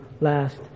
last